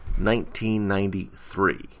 1993